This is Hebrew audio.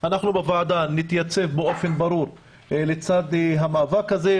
שאנחנו בוועדה נתייצב באופן ברור לצד המאבק הזה.